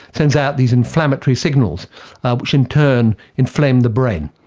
sends out these inflammatory signals which in turn inflame the brain.